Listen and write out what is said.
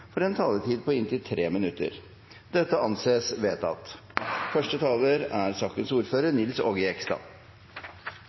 den fordelte taletid, får en taletid på inntil 3 minutter. – Det anses vedtatt. Første taler er Sverre Myrli, som nå fungerer som ordfører